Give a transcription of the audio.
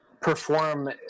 perform